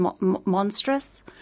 monstrous